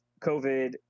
COVID